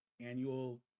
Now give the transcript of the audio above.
annual